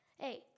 Hey